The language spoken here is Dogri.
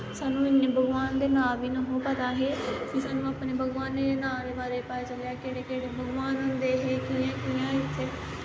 स्हानू इन्ने भगवान दे नांऽ बी नें हे पता हे स्हानू अपने भगवाने दे नांऽ दे बारे च पता चलेआ केह्ड़े केह्ड़े भगवान हे कियां कियां इत्थें